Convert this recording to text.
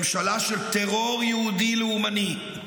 ממשלה של טרור יהודי לאומני,